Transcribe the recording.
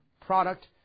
product